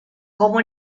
como